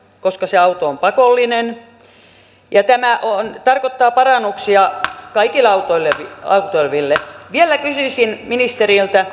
koska se auto on pakollinen tämä tarkoittaa parannuksia kaikille autoileville vielä kysyisin ministeriltä